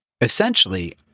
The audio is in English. Essentially